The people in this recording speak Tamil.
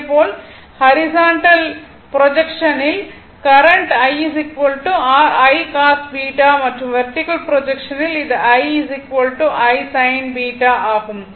இதேபோல் ஹரிசாண்டல் ப்ரொஜெக்ஷனில் current I r I cos β மற்றும் வெர்டிகல் ப்ரொஜெக்ஷனில் இது I I sin β ஆகும்